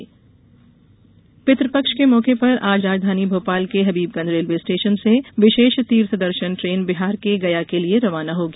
तीर्थदर्शन पितृपक्ष के मौके पर आज राजधानी भोपाल के हबीबगंज रेलवे स्टेषन ने विषेष तीर्थ दर्शन ट्रेन बिहार के गया के लिए रवाना होगी